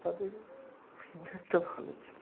তাদের ফিডব্যাকটা ভালো ছিলো